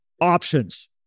options